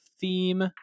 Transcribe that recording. theme